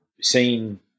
seen